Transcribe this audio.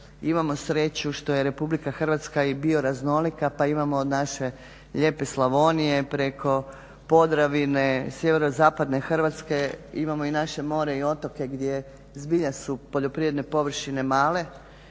imamo sreću što je RH i bio raznolika pa imamo naše lijepe Slavonije, Podravine, Sjeverozapadne Hrvatske, imamo naše more i otoke gdje zbilja su poljoprivredne površine male.